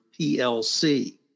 PLC